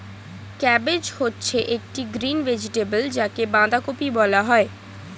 cabbage হচ্ছে একটি green vegetable যাকে বাঁধাকপি বলা হয়